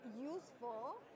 useful